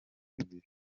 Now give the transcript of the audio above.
bibiri